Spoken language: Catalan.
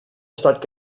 estat